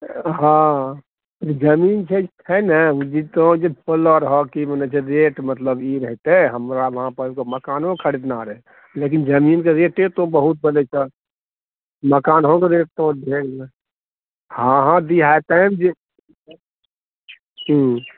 हँ जमीन जे छै ने रेट मतलब ई हेतै हमरा वहांँ पर आबि कऽ मकानो खरीदना रहै लेकिन जमीन कऽ रेटे तू बहुत बजै मकान छह हँ हँ तैं हम